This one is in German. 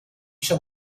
schon